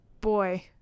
boy